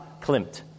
Klimt